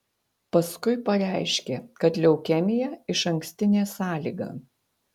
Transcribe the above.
paskui pareiškė kad leukemija išankstinė sąlyga